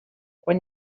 quan